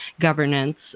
governance